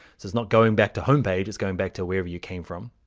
it's it's not going back to home page. it's going back to wherever you came from,